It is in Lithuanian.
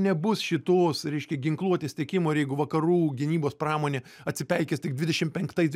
nebus šitos reiškia ginkluotės tiekimo ir jeigu vakarų gynybos pramonė atsipeikės tik dvidešim penktais